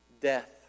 death